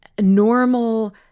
normal